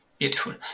Beautiful